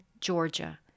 Georgia